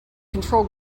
control